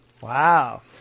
wow